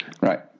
Right